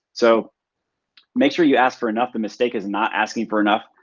so make sure you ask for enough. the mistake is not asking for enough.